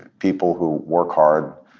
people who work hard,